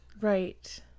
Right